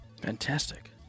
Fantastic